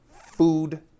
food